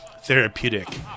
therapeutic